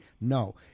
No